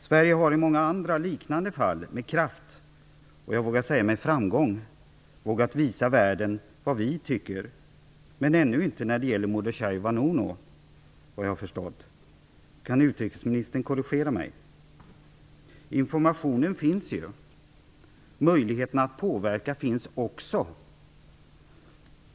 Sverige har i många andra liknande fall med kraft, och jag vågar säga med framgång, vågat visa världen vad vi tycker. Men såvitt jag har förstått har det ännu inte hänt när det gäller Mordechai Vanunu. Kan utrikesministern korrigera mig på den punkten? Information finns, och möjligheter att påverka finns också.